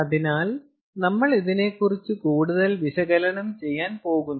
അതിനാൽ നമ്മൾ ഇതിനെക്കുറിച്ച് കൂടുതൽ വിശകലനം ചെയ്യാൻ പോകുന്നു